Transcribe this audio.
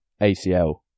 ACL